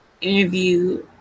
interview